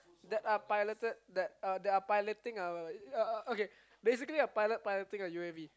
that are piloted that are that piloting a okay basically a pilot piloting a U_A_V